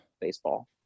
baseball